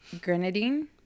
Grenadine